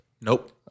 Nope